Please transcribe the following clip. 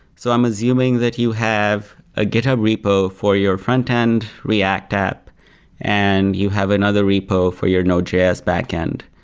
so i'm assuming that you have a github repo for your front-end react app and you have another repo for your node js back-end,